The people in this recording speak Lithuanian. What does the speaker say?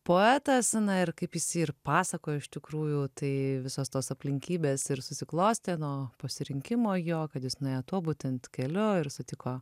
poetas na ir kaip jis jį ir pasakojo iš tikrųjų tai visos tos aplinkybės ir susiklostė nuo pasirinkimo jo kad jis nuėjo tuo būtent keliu ir sutiko